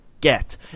get